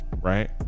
right